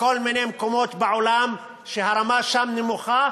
בכל מיני מקומות בעולם שהרמה בהם נמוכה